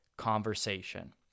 conversation